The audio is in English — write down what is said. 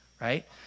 right